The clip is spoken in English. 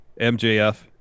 MJF